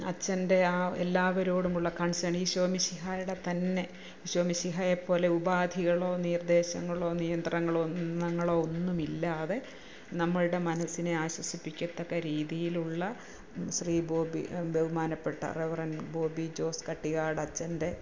അച്ഛൻ്റെ ആ എല്ലാവരോടുമുള്ള കൺസേൺ ഈശോമിശിഹായുടെ തന്നെ ഈശോമിശിഹായെ പോലെ ഉപാധികളോ നിർദ്ദേശങ്ങളോ നിയന്ത്രങ്ങളോ നിന്നങ്ങളോ ഒന്നും ഇല്ലാതെ നമ്മളുടെ മനസ്സിനെ ആശ്വസിപ്പിക്കത്തക്ക രീതിയിലുള്ള ശ്രീ ബോബി ബഹുമാനപ്പെട്ട റിവറൻഡ് ബോബിജോസ്കട്ടിയാടച്ഛൻ്റെ